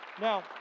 Now